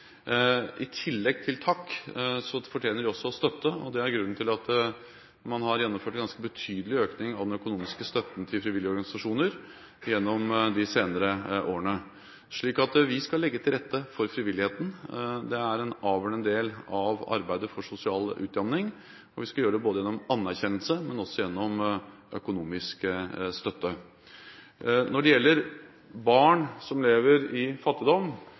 I tillegg til takk fortjener de støtte, og det er grunnen til at man har gjennomført en ganske betydelig økning av den økonomiske støtten til frivillige organisasjoner gjennom de senere årene. Så vi skal legge til rette for frivilligheten – det er en avgjørende del av arbeidet for sosial utjamning – og vi skal gjøre det både gjennom anerkjennelse og gjennom økonomisk støtte. Når det gjelder barn som lever i fattigdom,